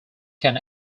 can